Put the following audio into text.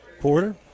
Porter